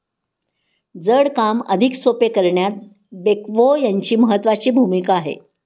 जड काम अधिक सोपे करण्यात बेक्हो यांची महत्त्वाची भूमिका आहे